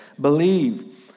Believe